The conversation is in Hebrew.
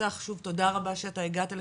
צח שוב תודה רבה שאתה הגעת לכאן,